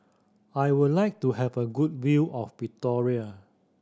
I would like to have a good view of Victoria